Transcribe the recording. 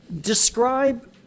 Describe